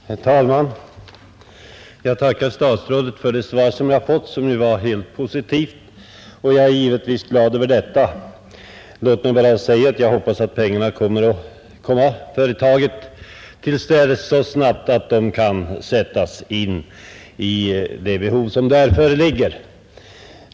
Herr talman! Jag tackar statsrådet Wickman för det svar som jag fått och som var helt positivt. Jag är givetvis glad över detta, och jag hoppas att pengarna skall komma företaget till handa så snabbt att de kan sättas in där behov nu föreligger.